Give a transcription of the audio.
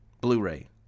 Blu-ray